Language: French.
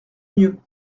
mieux